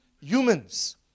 humans